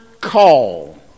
call